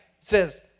says